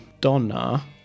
donna